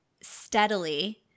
steadily